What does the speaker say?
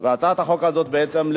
הצעת החוק הזאת בעצם,